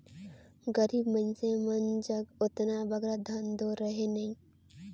गरीब मइनसे मन जग ओतना बगरा धन दो रहें नई